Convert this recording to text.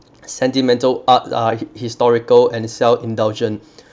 sentimental art are hi~ historical and self indulgent